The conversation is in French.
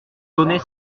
tonnait